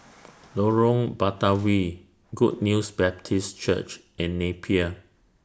Lorong Batawi Good News Baptist Church and Napier